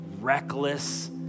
reckless